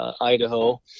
Idaho